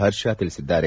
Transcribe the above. ಹರ್ಷ ತಿಳಿಸಿದ್ದಾರೆ